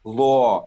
law